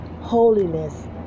Holiness